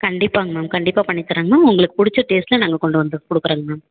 கண்டிப்பாங்க மேம் கண்டிப்பாக பண்ணி தரேங்க மேம் உங்களுக்கு பிடிச்ச டேஸ்ட்டில் நாங்கள் கொண்டு வந்து கொடுக்குறோங்க மேம்